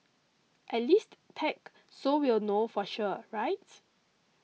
at least tag so we'll know for sure right